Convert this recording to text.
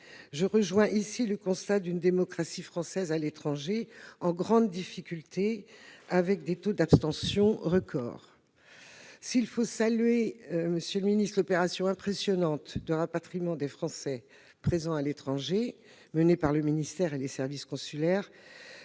Je rejoins ici le constat d'une démocratie française à l'étranger en grande difficulté, avec des taux d'abstention record. S'il faut saluer l'opération impressionnante de rapatriement des Français présents à l'étranger, menée par le ministère et les services consulaires